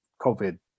COVID